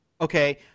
Okay